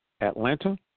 Atlanta